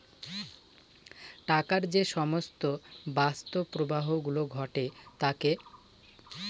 টাকার যে সমস্ত বাস্তব প্রবাহ গুলো ঘটে থাকে